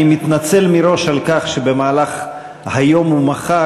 אני מתנצל מראש על כך שבמהלך היום ומחר